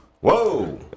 Whoa